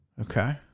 Okay